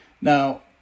Now